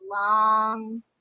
long